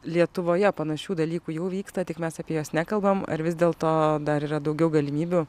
lietuvoje panašių dalykų jau vyksta tik mes apie juos nekalbam ar vis dėlto dar yra daugiau galimybių